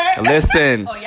listen